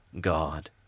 God